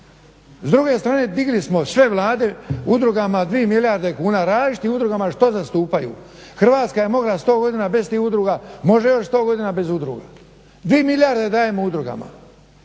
S druge strane digli smo sve Vlade udrugama 3 milijarde kuna, različitim udrugama što zastupaju. Hrvatska je mogla sto godina bez tih udruga, može još 100 godina bez udruga. 2 milijarde dajemo udrugama.